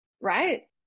Right